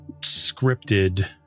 scripted